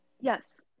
Yes